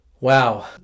Wow